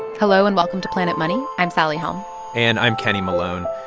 hello and welcome to planet money. i'm sally helm and i'm kenny malone.